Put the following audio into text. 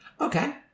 Okay